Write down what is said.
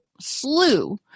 slew